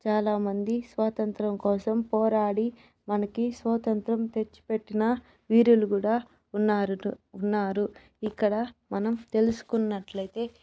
చాలామంది స్వాతంత్రం కోసం పోరాడి మనకి స్వాతంత్రం తెచ్చి పెట్టిన వీరులు కూడా ఉన్నారు ఉన్నారు ఇక్కడ మనం తెలుసుకున్నట్లయితే